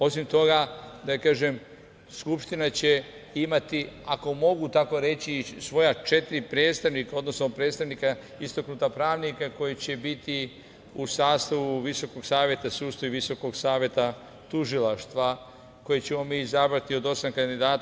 Osim toga, Skupština će imati, ako mogu tako reći, svoja četiri predstavnika, odnosno predstavnika istaknuta pravnika koji će biti u sastavu Visokog saveta sudstva i Visokog saveta tužilaca, koje ćemo mi izabrati od osam kandidata.